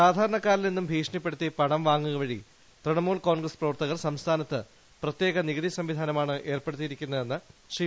സാധാരണക്കാരിൽ നിന്നും ഭീഷണിപ്പെടുത്തി പണം വാങ്ങുക വഴി തൃണമൂൽ കോൺഗ്രസ് പ്രവർത്തകർ സംസ്ഥാനത്ത് പ്രത്യേക നികുതി സംവിധാനമാണ് ഏർപ്പെടുത്തിയിരിക്കുന്നതെന്ന് ശ്രീ